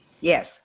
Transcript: Yes